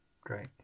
Great